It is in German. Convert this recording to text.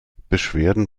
beschwerden